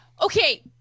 Okay